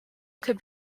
could